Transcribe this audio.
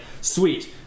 sweet